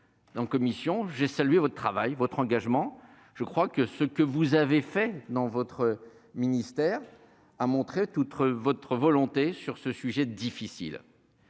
en commission, j'ai envie de saluer votre engagement. Ce que vous avez fait dans votre ministère a montré toute votre volonté sur ce sujet difficile.